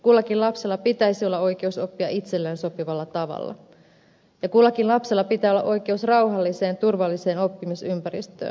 kullakin lapsella pitäisi olla oikeus oppia itselleen sopivalla tavalla ja kullakin lapsella pitää olla oikeus rauhalliseen turvalliseen oppimisympäristöön